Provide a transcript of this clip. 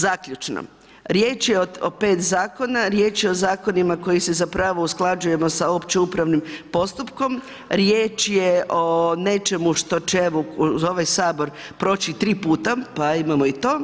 Zaključno, riječ je o pet zakona, riječ je o zakonima koji se zapravo usklađujemo sa opće upravnim postupkom, riječ je o nečemu što će za ovaj Sabor proći tri puta pa imamo i to